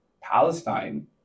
Palestine